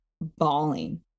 bawling